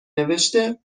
نوشته